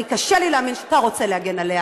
קשה לי להאמין שאתה רוצה להגן עליה.